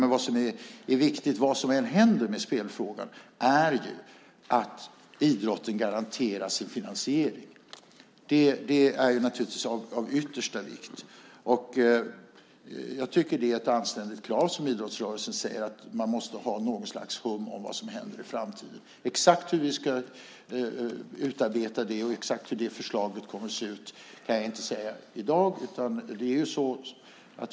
Men vad som är viktigt vad som än händer med spelfrågan är att idrotten garanteras sin finansiering. Det är naturligtvis av yttersta vikt. Jag tycker att det är ett anständigt krav som idrottsrörelsen ställer, att man måste ha något slags hum om vad som händer i framtiden. Exakt hur vi ska utarbeta det och exakt hur det förslaget kommer att se ut kan jag inte säga i dag.